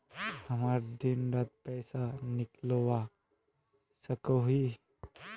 हमरा दिन डात पैसा निकलवा सकोही छै?